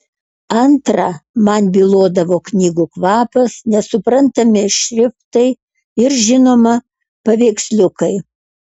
antra man bylodavo knygų kvapas nesuprantami šriftai ir žinoma paveiksliukai